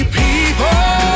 people